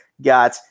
got